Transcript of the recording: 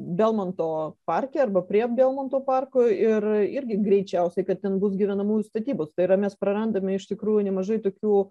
belmonto parke arba prie belmonto parko ir irgi greičiausiai kad ten bus gyvenamųjų statybos tai yra mes prarandame iš tikrųjų nemažai tokių